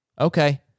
Okay